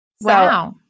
Wow